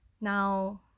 now